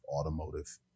automotive